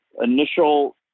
initial